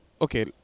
okay